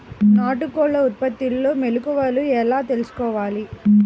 నాటుకోళ్ల ఉత్పత్తిలో మెలుకువలు ఎలా తెలుసుకోవాలి?